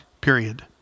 period